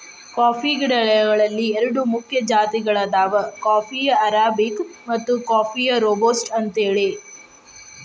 coffee ಗಿಡಗಳಲ್ಲಿ ಎರಡು ಮುಖ್ಯ ಜಾತಿಗಳದಾವ ಕಾಫೇಯ ಅರಾಬಿಕ ಮತ್ತು ಕಾಫೇಯ ರೋಬಸ್ಟ ಅಂತೇಳಿ